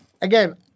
again